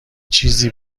چیزی